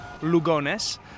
Lugones